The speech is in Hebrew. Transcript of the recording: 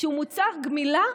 שהוא מוצר גמילה,